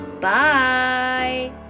Bye